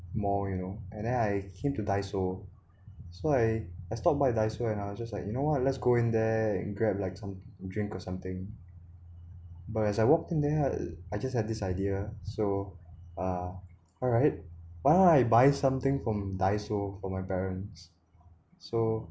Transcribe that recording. mall you know and then I came to Daiso so I I stopped by Daiso and I was just like you know what let's go in there and grab like some drink or something but as I walked in there I just had this idea so uh alright buy buy something from Daiso for my parents so